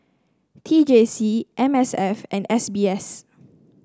T J C M S F and S B S